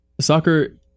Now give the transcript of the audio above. soccer